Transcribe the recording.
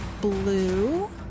Blue